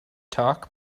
talk